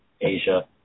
Asia